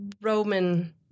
Roman